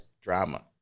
drama